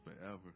forever